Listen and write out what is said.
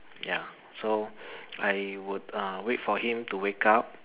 ya so I would uh wait for him to wake up